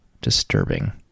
Disturbing